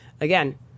Again